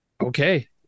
Okay